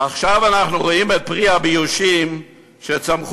ועכשיו אנחנו רואים את פירות הבאושים שצמחו